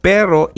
Pero